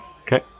okay